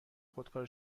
خودکار